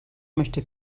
möchte